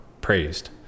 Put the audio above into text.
praised